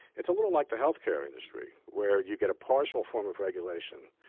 it's a little like the health care industry, where you get a partial form of regulation.